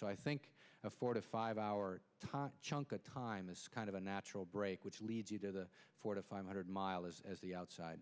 so i think a four to five hour chunk of time this kind of a natural break which leads you to the four to five hundred miles as the outside